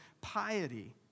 piety